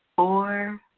four,